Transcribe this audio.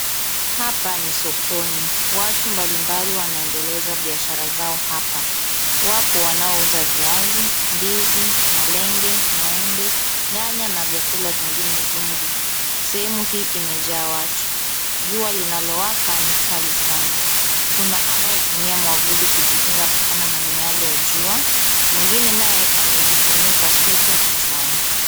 Hapa ni sokoni. Watu mbalimbali wanaendeleza biashara zao hapa. Wapo wanaouza viazi, ndizi malenge, maembe nyanya na vyakula vingine vingi. Sehemu hii imejaa watu. Jua linalowaka ni kali sana. Kuna anayetumia mwavuli kujikinga kutokana na miale ya jua mwingine naye amejifunika sweta kichwani.